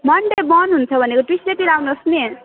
Monday बन्द हुन्छ भनेको ट्युस्डेतिर आउनुहोस् नि